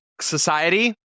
society